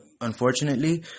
unfortunately